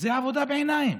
זאת עבודה בעיניים.